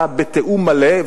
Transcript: בתיאום מלא,